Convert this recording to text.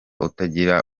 utagira